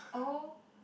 oh